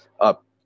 up